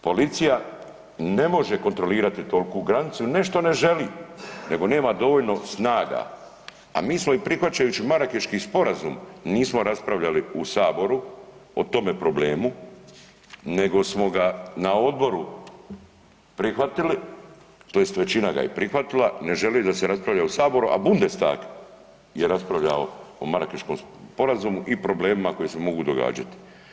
Policija ne može kontrolirati tolku granicu, ne što ne želi nego nema dovoljno snaga, a mi smo i prihvaćajući Marakeški sporazum nismo raspravljali u saboru o tome problemu nego smo ga na odboru prihvatili tj. većina ga je prihvatila, ne želi da se raspravlja u saboru, a Bundestag je raspravljao o Marakeškom sporazumu i problemima koji se mogu događati.